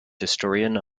historian